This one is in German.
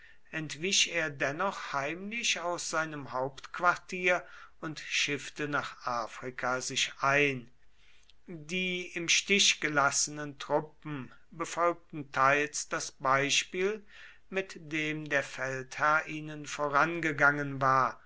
entwich er dennoch heimlich aus seinem hauptquartier und schiffte nach afrika sich ein die im stich gelassenen truppen befolgten teils das beispiel mit dem der feldherr ihnen vorangegangen war